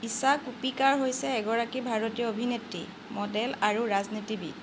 ঈশা কোপিকাৰ হৈছে এগৰাকী ভাৰতীয় অভিনেত্ৰী মডেল আৰু ৰাজনীতিবিদ